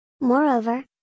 Moreover